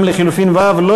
גם לחלופין (ו) לא